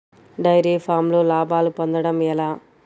Dairy ఫామ్లో లాభాలు పొందడం ఎలా?